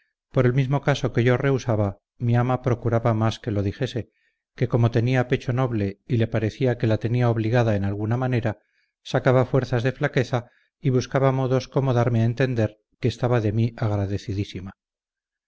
por el mismo caso que yo rehusaba mi ama procuraba más que lo dijese que como tenía pecho noble y le parecía que la tenía obligada en alguna manera sacaba fuerzas de flaqueza y buscaba modos cómo darme a entender que estaba de mí agradecidísima